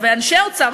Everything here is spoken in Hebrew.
ואנשי האוצר,